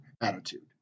attitude